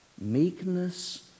meekness